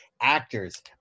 actors